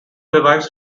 derives